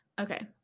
Okay